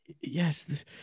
Yes